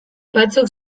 batzuk